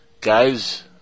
Guys